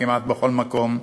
כמעט בכל מקום,